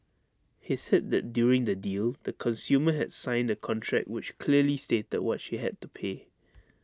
he said that during the deal the consumer had signed A contract which clearly stated what she had to pay